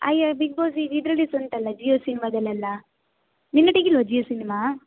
ಅಯ್ಯೋ Big Boss ಈಗ ಇದರಲ್ಲಿ ಸಹ ಉಂಟಲ್ಲ ಜಿಯೋಸಿನ್ಮದಲ್ಲೆಲ್ಲ ನಿನ್ನೊಟ್ಟಿಗೆ ಇಲ್ಲವ ಜಿಯೋಸಿನಿಮಾ